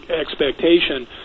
expectation